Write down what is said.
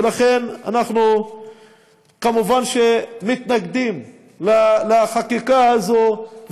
לכן אנחנו כמובן מתנגדים לחקיקה הזאת,